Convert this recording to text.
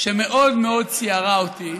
שמאוד מאוד ציערה אותי.